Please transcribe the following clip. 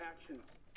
actions